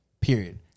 Period